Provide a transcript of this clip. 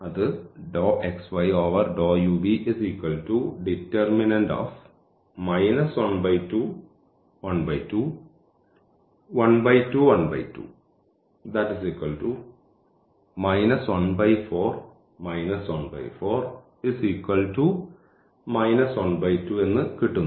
അത് എന്ന് കിട്ടുന്നു